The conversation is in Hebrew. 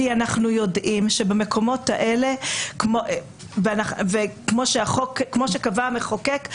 כמו שקבע המחוקק,